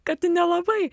kad nelabai